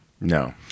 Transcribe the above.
No